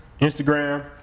Instagram